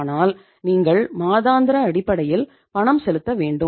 ஆனால் நீங்கள் மாதாந்திர அடிப்படையில் பணம் செலுத்த வேண்டும்